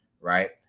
right